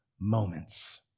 moments